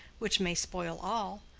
which may spoil all.